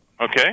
Okay